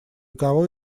кого